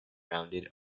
rounded